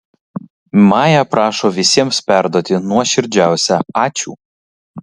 maja prašo visiems perduoti nuoširdžiausią ačiū